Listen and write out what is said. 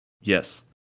Yes